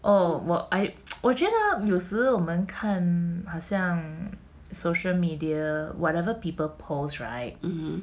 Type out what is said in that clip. hmm